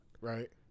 right